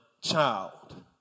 child